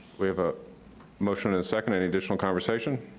we have a motion and a second. any additional conversation?